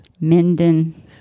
Minden